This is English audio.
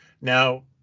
now